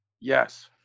Yes